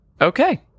okay